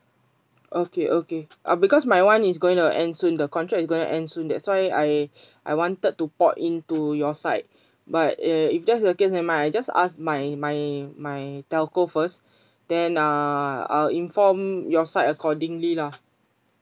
okay okay ah because my [one] is gonna end soon the contract is gonna end soon that's why I I wanted to port in to your side but uh if that's the case nevermind I just ask my my my telco first then uh I'll inform your side accordingly lah